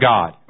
God